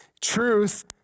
Truth